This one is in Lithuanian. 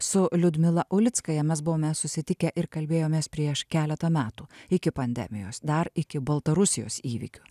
su liudmila ulickaja mes buvome susitikę ir kalbėjomės prieš keletą metų iki pandemijos dar iki baltarusijos įvykių